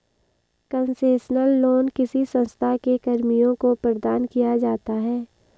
concessional loan किसी संस्था के कर्मियों को प्रदान किया जाता है